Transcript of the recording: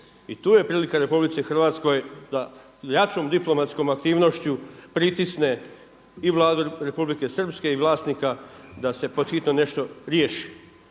i tu je prilika RH da jačom diplomatskom aktivnošću pritisne i Vladu Republike Srpske i vlasnika da se pod hitno nešto riješi.